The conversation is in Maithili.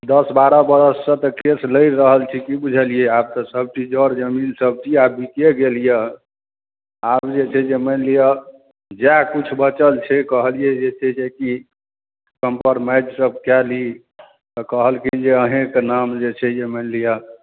दस बारह बरससँ तऽ केस लड़ि रहल छी की बुझलियै आब तऽ सभचीज जर जमीन सभचीज आब बिके गेल यए आब जे छै से मानि लिअ जएह किछु बचल छै कहलियै जे छै से कि कम्प्रोमाइजसभ कए ली तऽ कहलखिन जे अहेँके नाम जे छै से मानि लिअ